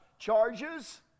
charges